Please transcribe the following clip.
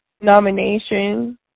nomination